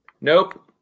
Nope